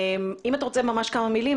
אם אתה רוצה לומר כמה מילים,